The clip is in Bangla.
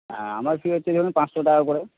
হ্যাঁ আমার ফি হচ্ছে ধরুন পাঁচশো